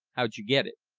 how'd you get it?